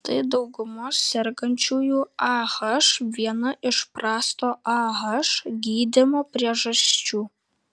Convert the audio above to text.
tai daugumos sergančiųjų ah viena iš prasto ah gydymo priežasčių